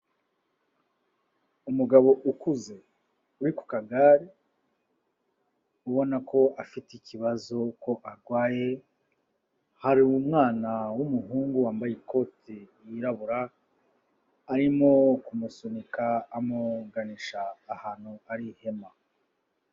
Umugabo ukuze uri ku kagare ubona ko afite ikibazo ko arwaye, hari umwana w'umuhungu wambaye ikote ryirabura arimo kumusunika amuganisha ahantu hari ihema.